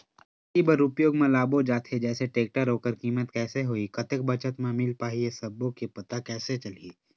खेती बर उपयोग मा लाबो जाथे जैसे टेक्टर ओकर कीमत कैसे होही कतेक बचत मा मिल पाही ये सब्बो के पता कैसे चलही?